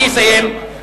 אני אסיים.